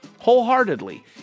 wholeheartedly